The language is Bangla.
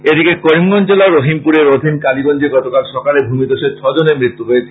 এদিকে করিমগঞ্জ জেলার রহিমপুরের অধীন কালীগঞ্জে গতকাল সকালে ভূমিধ্বসে ছ জনের মৃত্যু হয়েছে